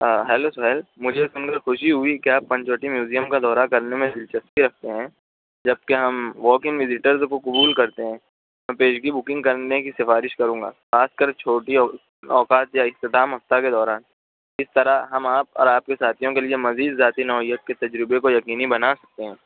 ہاں ہیلو سہیل مجھے سن کر خوشی ہوئی کہ آپ پنچوٹی میوزیم کا دورہ کرنے میں دلچسپی رکھتے ہیں جب کہ ہم واکنگ وزیٹرز کو قبول کرتے ہیں کی بکنگ کرنے کی سفارش کروں گا خاص کر چھوٹی او اوقات یا اختتام ہفتہ کے دوران اس طرح ہم آپ اور آپ کے ساتھیوں کے لیے مزید ذاتی نوعیت کے لیے تجربے کو یقینی بنا سکتے ہیں